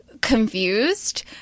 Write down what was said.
confused